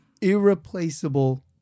irreplaceable